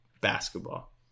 basketball